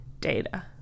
data